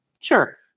Sure